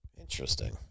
Interesting